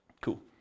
Cool